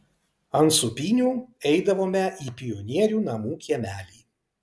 ant sūpynių eidavome į pionierių namų kiemelį